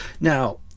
now